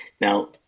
Now